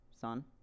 Son